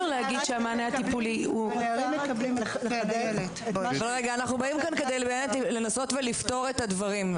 אנחנו באים לכאן כדי לנסות לפתור את הדברים.